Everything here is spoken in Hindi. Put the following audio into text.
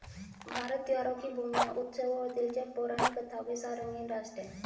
भारत त्योहारों की भूमि है, उत्सवों और दिलचस्प पौराणिक कथाओं के साथ रंगीन राष्ट्र है